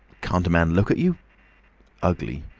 can't a man look at you ugly!